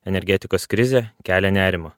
energetikos krizė kelia nerimą